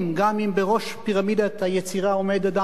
גם אם בראש פירמידת היצירה עומד אדם אחד,